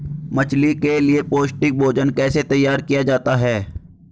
मछली के लिए पौष्टिक भोजन कैसे तैयार किया जाता है?